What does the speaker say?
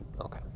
Okay